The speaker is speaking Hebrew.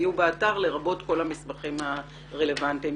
יהיה באתר לרבות כל המסמכים הרלוונטיים.